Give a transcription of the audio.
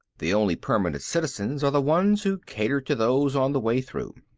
the only permanent citizens are the ones who cater to those on the way through.